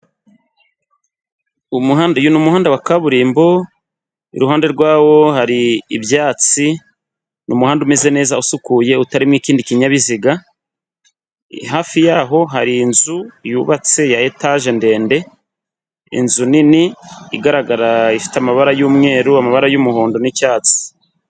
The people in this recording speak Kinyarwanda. Umuhanda, uyu ni umuhanda wa kaburimbo, iruhande rwawo hari ibyatsi ni umuhanda umeze neza usukuye utarimo ikindi kinyabiziga, hafi yaho hari inzu yubatse ya etaje ndende, inzu nini igaragara ifite amabara y'umweru, amabara y'umuhondo n'icyatsi.